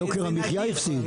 יוקר המחיה הפסיד.